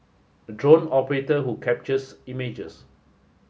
a drone operator who captures images